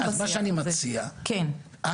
אז מה שאני מציע, אל"ף,